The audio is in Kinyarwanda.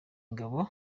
ingabo